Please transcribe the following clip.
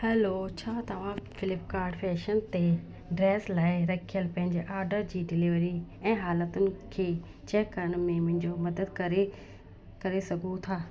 hello छा तव्हां Flipkart fashion ते ड्रैस लाइ रखियलु पंहिंजे आडर जी डिलीवरी ऐं हालतुनि खे चैक करण में मुंहिंजी मदद करे करे सघो थो